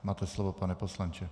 Máte slovo, pane poslanče.